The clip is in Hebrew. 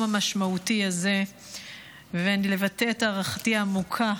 המשמעותי הזה ולבטא את הערכתי העמוקה